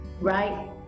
right